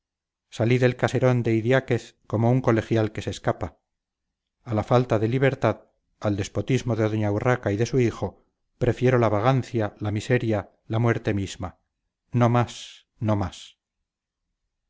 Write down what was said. salí del caserón de idiáquez como un colegial que se escapa a la falta de libertad al despotismo de doña urraca y de su hijo prefiero la vagancia la miseria la muerte misma no más no más